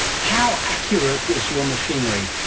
how accurate is your machinery?